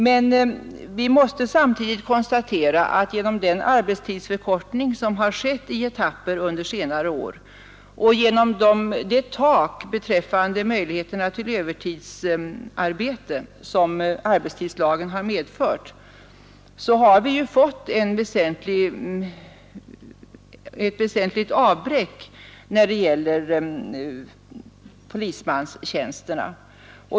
Men vi måste samtidigt konstatera att genom den arbetstidsförkortning som har skett i etapper under senare år och genom det tak för möjligheterna till övertidsarbete som arbetstidslagen medfört har vi fått ett väsentligt avbräck när det gäller polismanstjänsterna.